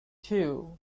two